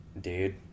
dude